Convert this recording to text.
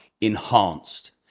enhanced